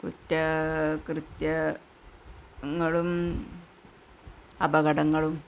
കുറ്റകൃത്യങ്ങളും അപകടങ്ങളും